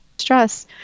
Stress